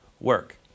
work